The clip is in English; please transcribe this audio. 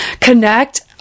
connect